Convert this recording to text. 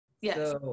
yes